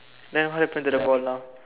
then what happened to the ball now